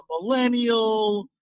millennial